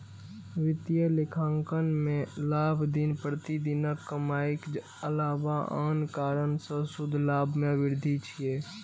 वित्तीय लेखांकन मे लाभ दिन प्रतिदिनक कमाइक अलावा आन कारण सं शुद्ध लाभ मे वृद्धि छियै